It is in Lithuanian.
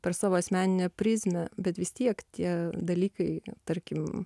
per savo asmeninę prizmę bet vis tiek tie dalykai tarkim